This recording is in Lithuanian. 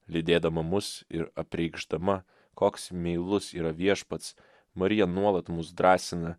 lydėdama mus ir apreikšdama koks meilus yra viešpats marija nuolat mus drąsina